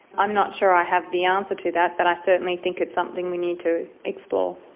i'm not sure i have the answer to that, but i certainly think it's something we need to explore.